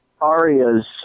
Aria's